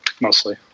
mostly